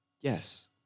Yes